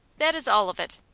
that is all of it.